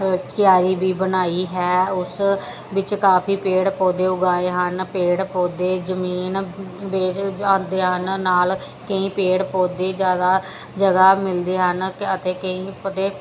ਕਿਆਰੀ ਵੀ ਬਣਾਈ ਹੈ ਉਸ ਵਿੱਚ ਕਾਫੀ ਪੇੜ ਪੌਦੇ ਉਗਾਏ ਹਨ ਪੇੜ ਪੌਦੇ ਜ਼ਮੀਨ ਵਿੱਚ ਆਉਂਦੇ ਹਨ ਨਾਲ ਕਈ ਪੇੜ ਪੌਦੇ ਜ਼ਿਆਦਾ ਜਗ੍ਹਾ ਮਿਲਦੇ ਹਨ ਅਤੇ ਕਈ ਪੌਦੇ